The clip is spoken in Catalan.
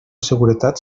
seguretat